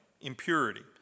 impurity